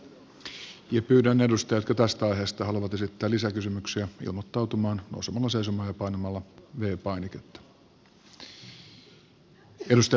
pyydän edustajia jotka tästä aiheesta haluavat esittää lisäkysymyksiä ilmoittautumaan nousemalla seisomaan ja painamalla v painiketta